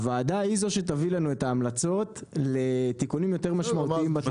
הוועדה היא זו שתביא לנו את ההמלצות לתיקונים יותר משמעותיים.